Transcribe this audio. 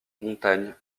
montagnes